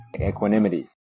equanimity